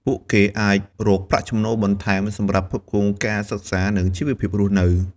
ពួកគេអាចរកប្រាក់ចំណូលបន្ថែមសម្រាប់ផ្គត់ផ្គង់ការសិក្សា និងជីវភាពរស់នៅ។